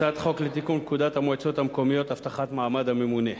הצעת חוק לתיקון פקודת המועצות המקומיות (הבטחת מעמד הממונה).